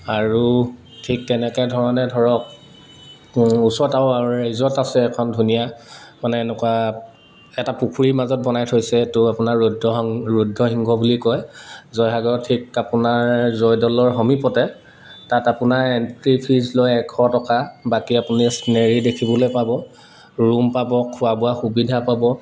আৰু ঠিক তেনেকৈ ধৰণে ধৰক ওচৰত আৰু ৰিজৰ্ট আছে এখন ধুনীয়া মানে এনেকুৱা এটা পুখুৰীৰ মাজত বনাই থৈছে তো আপোনাৰ ৰুদ্ৰ ৰুদ্ৰসিংহ বুলি কয় জয়সাগৰ ঠিক আপোনাৰ জয়দৌলৰ সমীপতে তাত আপোনাৰ এণ্ট্ৰী ফিজ লয় এশ টকা বাকী আপুনি চিনেৰি দেখিবলৈ পাব ৰুম পাব খোৱা বোৱা সুবিধা পাব